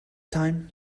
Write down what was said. time